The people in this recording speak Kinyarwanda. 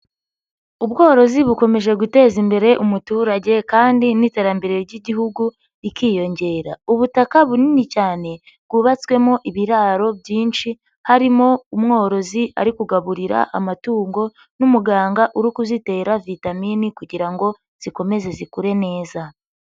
Ubworozi bukomeje guteza imbere umuturage kandi n'iterambere ry'Igihugu rikiyongera. Ubutaka bunini cyane bwubatswemo ibiraro byinshi harimo umworozi ari kugaburira amatungo n'umuganga uri kuzitera vitamini kugira ngo zikomeze zikure neza.